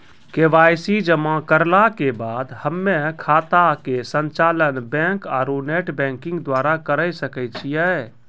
KYC जमा करला के बाद हम्मय खाता के संचालन बैक आरू नेटबैंकिंग द्वारा करे सकय छियै?